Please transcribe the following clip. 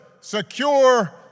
secure